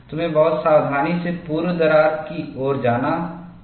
तुम्हें बहुत सावधानी से पूर्व दरार की ओर जाना और उसको करना है